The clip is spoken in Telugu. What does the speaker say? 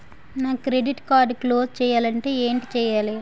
నా క్రెడిట్ కార్డ్ క్లోజ్ చేయాలంటే ఏంటి చేయాలి?